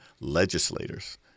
legislators